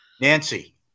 Nancy